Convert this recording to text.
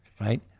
right